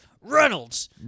Reynolds